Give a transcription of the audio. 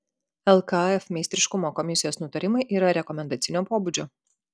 lkf meistriškumo komisijos nutarimai yra rekomendacinio pobūdžio